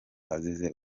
azize